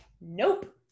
nope